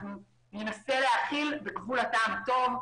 ננסה להכיל בגבול הטעם הטוב.